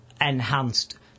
enhanced